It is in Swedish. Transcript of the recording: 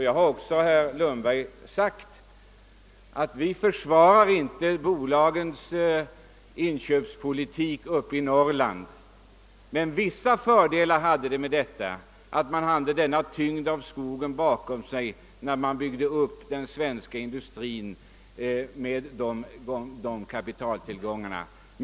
Jag har också sagt, herr Lundberg, att vi inte försvarar bolagens inköpspolitik uppe i Norrland. Men vissa fördelar medförde det att man hade tyngden av de kapitaltillgångar som skogen representerar bakom sig när man byggde upp den svenska industrin.